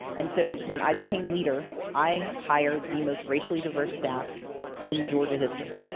and so when i became leader, i hired the most racially diverse staff in georgia history.